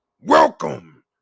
welcome